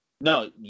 No